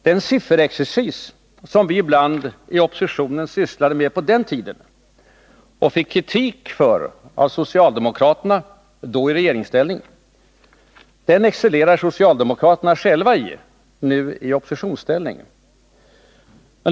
Den sifferexercis som vi ibland i opposition sysslade med på den tiden och fick kritik för av socialdemokraterna — då i regeringsställning — excellerar socialdemokraterna själva i, nu i oppositionsställning.